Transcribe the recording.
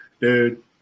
Dude